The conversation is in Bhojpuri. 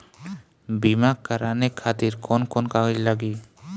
बीमा कराने खातिर कौन कौन कागज लागी?